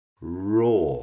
raw